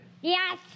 Yes